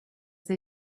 they